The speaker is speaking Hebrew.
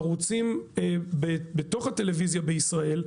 ערוצים בתוך הטלוויזיה בישראל,